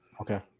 Okay